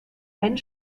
einen